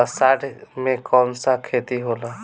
अषाढ़ मे कौन सा खेती होला?